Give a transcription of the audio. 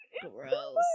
gross